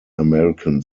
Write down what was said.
american